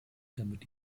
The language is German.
damit